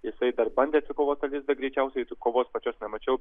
jisai dar bandė atsikovot tą lizdą greičiausiai tik kovos pačios nemačiau